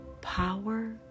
power